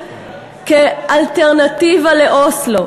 כאלטרנטיבה לאוסלו,